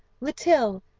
litill,